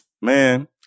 Man